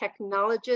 technologist